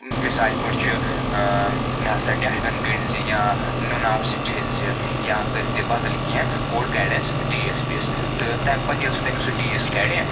مِثالہِ پٲٹھۍ چھِ ہسا ٹؠٹھوَن گٔنڈۍ زِ یا نوٗنہٕ آبہٕ سۭتۍ چھٔلۍ زِ یا کٔرۍ زِ بدل کینٛہہ اور کَڑیس ٹیٖس ویٖس تہٕ تمہِ پتہٕ ییٚلہِ سُہ تٔمِس سُہ ٹیٖس کَڑِ